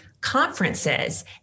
conferences